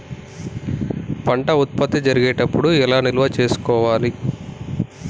పంట ఉత్పత్తి జరిగేటప్పుడు ఎలా నిల్వ చేసుకోవాలి?